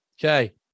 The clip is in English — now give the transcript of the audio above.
Okay